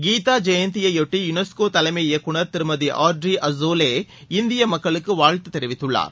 கீதாஜெயந்தியையொட்டி யுனஸ்கோதலைமை இயக்குநர் திருமதிஆட்ரிஅஸோலே இந்தியமக்களுக்குவாழ்த்துதெரிவித்துள்ளார்